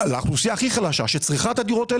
לאוכלוסייה הכי חלשה שצריכה את הדירות הם